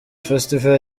festival